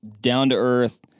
down-to-earth